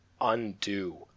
undo